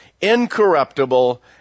incorruptible